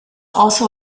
also